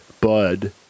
Bud